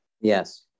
Yes